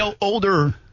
older